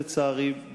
לצערי,